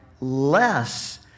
less